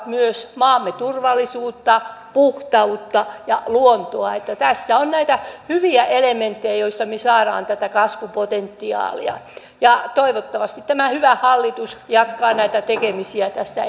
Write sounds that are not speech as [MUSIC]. [UNINTELLIGIBLE] myös maamme turvallisuutta puhtautta ja luontoa tässä on näitä hyviä elementtejä joista me saamme tätä kasvupotentiaalia toivottavasti tämä hyvä hallitus jatkaa näitä tekemisiä tästä [UNINTELLIGIBLE]